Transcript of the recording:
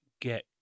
get